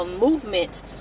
movement